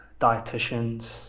dietitians